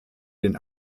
den